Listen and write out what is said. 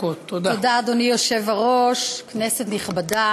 הבא שעל סדר-היום: הצעת חוק קליטת